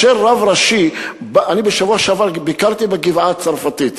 בשבוע שעבר ביקרתי בגבעה-הצרפתית,